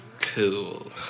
Cool